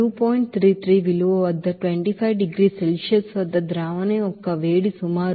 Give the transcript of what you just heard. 33 విలువ వద్ద 25 డిగ్రీల సెల్సియస్ వద్ద ಸೊಲ್ಯೂಷನ್ యొక్క వేడి సుమారు 44